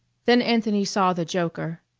then anthony saw the joker.